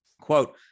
Quote